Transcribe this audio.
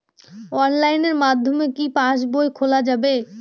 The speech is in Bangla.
অনলাইনের মাধ্যমে কি পাসবই খোলা যাবে?